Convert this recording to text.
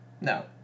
No